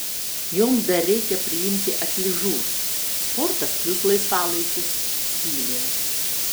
joms dar reikia priimti atližur sportas plius laisvalaikis stilių